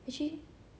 peter pan